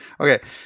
Okay